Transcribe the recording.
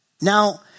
Now